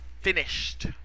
finished